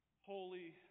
holy